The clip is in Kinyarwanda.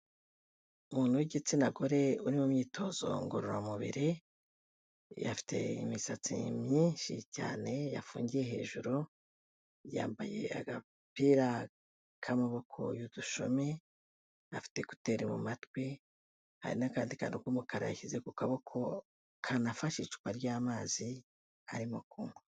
Umuntu w'igitsina gore uri mu myitozo ngororamubiri, afite imisatsi myinshi cyane yafungiye hejuru, yambaye agapira k'amaboko y'udushumi, na afite ekuteri mu matwi, hari n'akandi kantu k'umukara yashyize ku kaboko kanafashe icupa ry'amazi arimo kunywa.